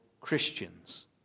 Christians